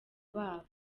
babo